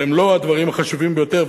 אבל הם לא הדברים החשובים ביותר,